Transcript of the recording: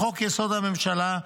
לחוק-יסוד: הממשלה,